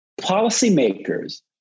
policymakers